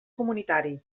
comunitari